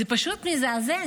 זה פשוט מזעזע.